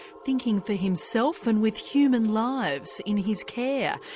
thinking for himself and with human lives in his care.